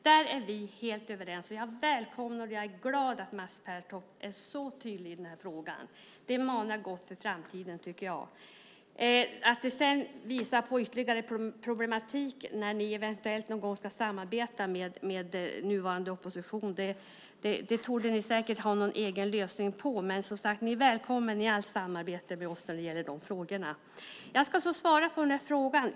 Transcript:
Jag välkomnar det, och jag är glad att Mats Pertoft är så tydlig i frågan. Det manar gott för framtiden. Ni torde säkert ha någon egen lösning på de ytterligare problem som kan uppstå när ni eventuellt ska samarbeta med nuvarande opposition. Ni är välkomna i allt samarbete med oss i dessa frågor. Jag ska svara på frågan.